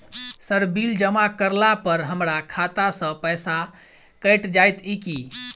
Sir bill जमा करला पर हमरा खाता सऽ पैसा कैट जाइत ई की?